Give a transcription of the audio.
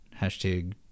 Hashtag